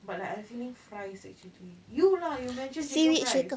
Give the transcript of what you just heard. but like I feeling fries actually you lah you mentioned shaker fry